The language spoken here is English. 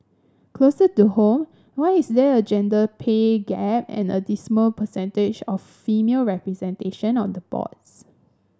closer to home why is there a gender pay gap and a dismal percentage of female representation on the boards